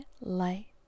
Light